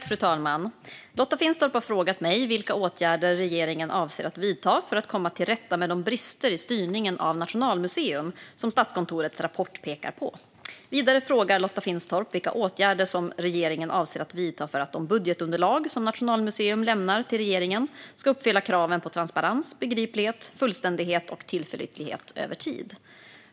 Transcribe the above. Fru talman! Lotta Finstorp har frågat mig vilka åtgärder regeringen avser att vidta för att komma till rätta med de brister i styrningen av Nationalmuseum som Statskontorets rapport pekar på. Vidare frågar Lotta Finstorp vilka åtgärder som regeringen avser att vidta för att de budgetunderlag som Nationalmuseum lämnar till regeringen ska uppfylla kraven på transparens, begriplighet, fullständighet och tillförlitlighet över tid.